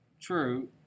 True